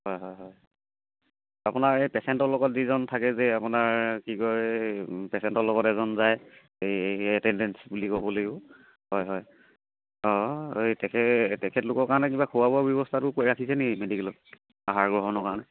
হয় হয় হয় আপোনাৰ এই পেচেণ্টৰ লগত যিজন থাকে যে আপোনাৰ কি কয় পেচেণ্টৰ লগত এজন যায় এই এটেণ্ডেঞ্চ বুলি ক'ব লাগিব হয় হয় অঁ এই তেখেত তেখেতলোকৰ কাৰণে কিবা খোৱা বোৱা ব্যৱস্থাটো কৰি ৰাখিছেনি মেডিকেলত আহাৰ গ্ৰহণৰ কাৰণে